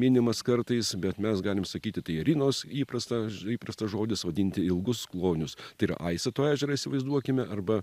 minimas kartais bet mes galim sakyti tai rinos įprastas įprastas žodis vadinti ilgus klonius tai yra aiseto ežerą įsivaizduokime arba